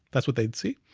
that's what they'd see,